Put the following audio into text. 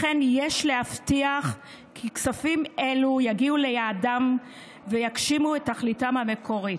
לכן יש להבטיח כי כספים אלו יגיעו ליעדם ויגשימו את תכליתם המקורית.